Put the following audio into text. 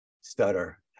stutter